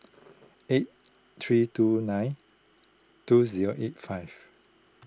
eight three two nine two zero eight five